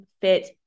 fit